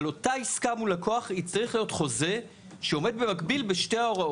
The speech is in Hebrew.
על אותה עסקה מול לקוח יצטרך להיות חוזה שעומד במקביל בשתי ההוראות.